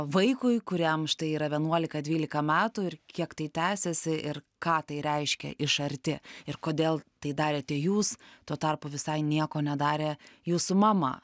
vaikui kuriam štai yra vienuolika dvylika metų ir kiek tai tęsiasi ir ką tai reiškia iš arti ir kodėl tai darėte jūs tuo tarpu visai nieko nedarė jūsų mama